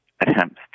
attempts